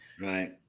Right